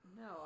No